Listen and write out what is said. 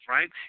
Right